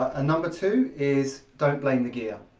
and number two is don't blame the gear.